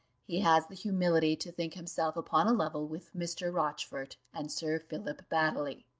he has the humility to think himself upon a level with mr. rochfort and sir philip baddely.